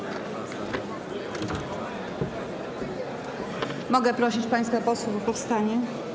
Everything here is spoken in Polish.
Mogę prosić państwa posłów o powstanie?